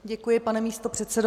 Děkuji, pane místopředsedo.